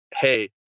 hey